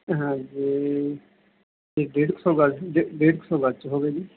ਹਾਂਜੀ ਡੇਢ਼ ਕੁ ਸੌ ਗੱਜ ਡੇਢ ਕੁ ਸੌ ਗੱਜ 'ਚ ਹੋਵੇ ਜੀ